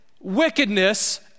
wickedness